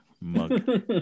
Mug